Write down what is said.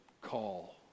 call